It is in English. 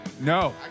No